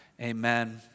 Amen